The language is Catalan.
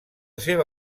seva